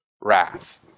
wrath